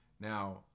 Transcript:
Now